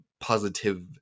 positive